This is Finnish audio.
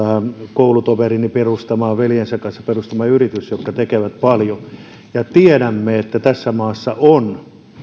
koulutoverini veljensä kanssa perustama yritys ja he tekevät paljon tiedämme että tässä maassa on